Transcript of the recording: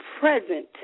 present